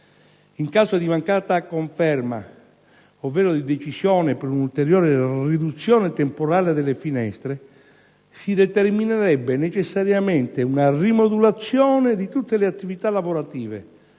In caso di mancata conferma ovvero di decisione per un'ulteriore riduzione temporale delle finestre, si determinerebbe necessariamente una rimodulazione di tutte le attività lavorative